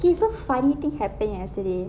okay so funny thing happened yesterday